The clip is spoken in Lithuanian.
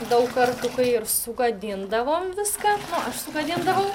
daug kartų ir sugadindavom viską sugadindavau